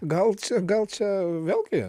gal čia gal čia vėlgi